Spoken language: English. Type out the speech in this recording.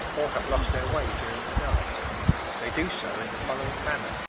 or have lost their way during the night they do so in the following manner